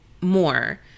more